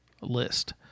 list